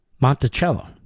Monticello